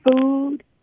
food